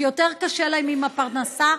שיותר קשה להם עם הפרנסה,